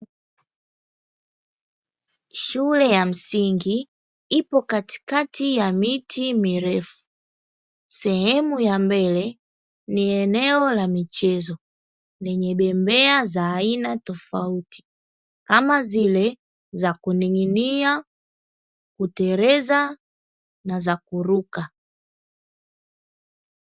Shule ya pia msingi ipo katikati ya miti mirefu, sehemu ya mbele ni eneo la michezo; lenye bembea za aina tofauti, kama vile: za kuning'inia, kuteleza na za kuruka.